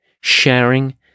sharing